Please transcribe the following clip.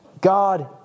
God